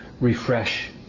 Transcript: refresh